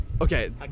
Okay